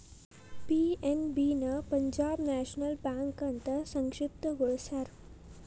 PNB ನ Punjab National Bank ಅಂತ ಸಂಕ್ಷಿಪ್ತ ಗೊಳಸ್ಯಾರ